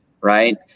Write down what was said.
right